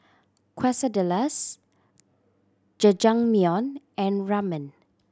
Quesadillas Jajangmyeon and Ramen